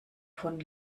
von